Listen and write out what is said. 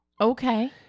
Okay